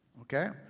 Okay